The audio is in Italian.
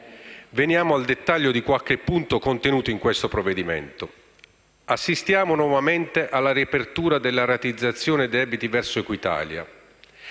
Veniamo al dettaglio di qualche punto contenuto in questo provvedimento. Assistiamo nuovamente alla riapertura della rateizzazione dei debiti verso Equitalia.